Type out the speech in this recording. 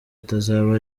atazaba